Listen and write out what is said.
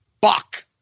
Buck